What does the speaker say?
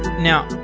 now,